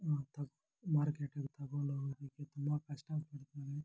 ಮಾ ತಕ್ಕ ಮಾರ್ಕೆಟ್ಟಿಗೆ ತಗೊಂಡು ಹೋಗೋದಕ್ಕೆ ತುಂಬ ಕಷ್ಟಪಡ್ತೀವಿ